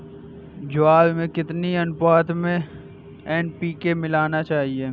ज्वार में कितनी अनुपात में एन.पी.के मिलाना चाहिए?